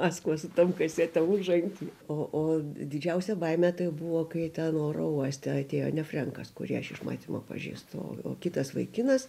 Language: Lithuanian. maskvą su tom kasetėm užanty o didžiausia baimė tai buvo kai ten oro uoste atėjo ne frenkas kurį aš iš matymo pažįstu o kitas vaikinas